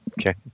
Okay